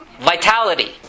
vitality